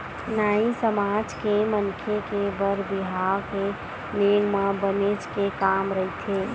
नाई समाज के मनखे के बर बिहाव के नेंग म बनेच के काम रहिथे